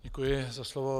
Děkuji za slovo.